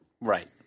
Right